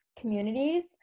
communities